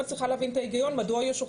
זו בעצם השאלה שעומדת לדיון בוועדה.